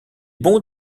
bon